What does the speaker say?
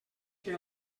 que